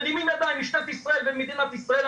משטרת ישראל ומדינת ישראל,